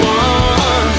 one